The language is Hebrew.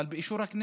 אבל באישור הכנסת.